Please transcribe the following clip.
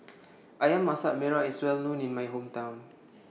Ayam Masak Merah IS Well known in My Hometown